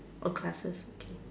a class okay